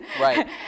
Right